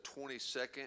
22nd